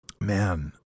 Man